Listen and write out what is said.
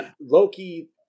Loki